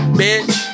bitch